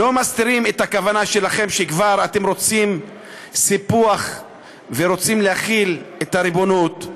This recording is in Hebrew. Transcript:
לא מסתירים את הכוונה שלכם שאתם רוצים סיפוח ורוצים להחיל את הריבונות,